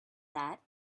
that